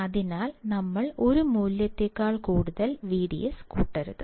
അതിനാൽ നമ്മൾ ഒരു മൂല്യത്തേക്കാൾ കൂടുതൽ VDS കൂട്ടരുത്